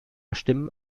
stimmen